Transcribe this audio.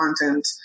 content